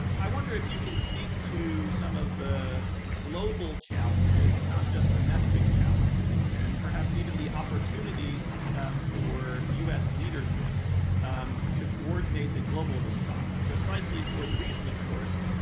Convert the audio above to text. i wonder if you can speak to some of the global challenges, not just domestic challenges and perhaps even the opportunities um for us leadership um to coordinate the global response precisely for the reason, of course,